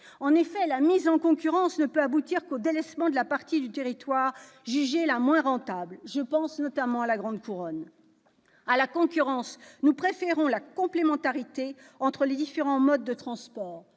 En effet, la mise en concurrence ne peut qu'aboutir au délaissement de la partie du territoire jugée la moins rentable- je pense notamment à la grande couronne. À la concurrence, nous préférons la complémentarité entre les différents modes de transports-